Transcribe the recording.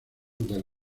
del